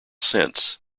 sense